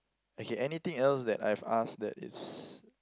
okay anything else that I've asked that is